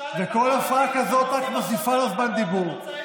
וכל הפרעה כזאת רק מוסיפה לו זמן דיבור,